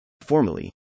Formally